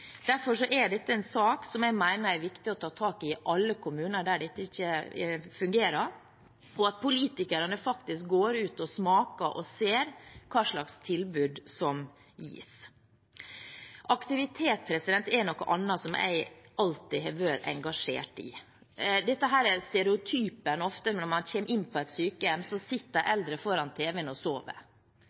Derfor er dette en sak som jeg mener er viktig å ta tak i i alle kommuner der det ikke fungerer, og at politikerne faktisk går ut og smaker og ser hva slags tilbud som gis. Aktivitet er noe annet som jeg alltid har vært engasjert i. Stereotypien er ofte at når man kommer inn på et sykehjem, sitter det eldre foran tv-en og sover. På mange sykehjem skjer det veldig lite, man kjeder seg. Det å